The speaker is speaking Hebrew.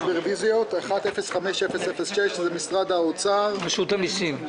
ברביזיות: אחת 05006 משרד האוצר -- רשות המסים.